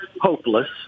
hopeless